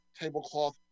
tablecloth